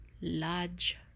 large